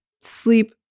sleep